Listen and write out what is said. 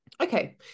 Okay